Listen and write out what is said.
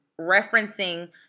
referencing